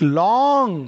long